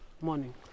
morning